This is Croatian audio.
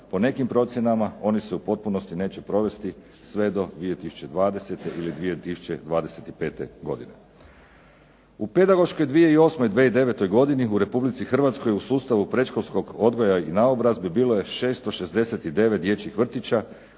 po nekim procjenama oni se u potpunosti neće provesti sve do 2020. ili 2025. godine. U pedagoškoj 2008./2009. godini u Republici Hrvatskoj u sustavu predškolskog odgoja i naobrazbe bilo je 669 dječjih vrtića